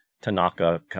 Tanaka